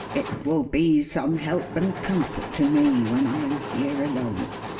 it will be some help and comfort to me, when i am here alone.